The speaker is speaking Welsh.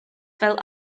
fel